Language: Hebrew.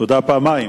תודה פעמיים,